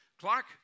Clark